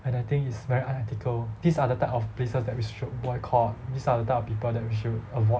and I think it's very unethical these are the type of places that we should boycott these are the type of people that we should avoid